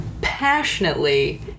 passionately